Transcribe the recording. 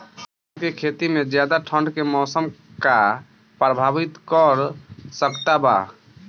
धान के खेती में ज्यादा ठंडा के मौसम का प्रभावित कर सकता बा?